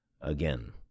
again